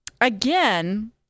again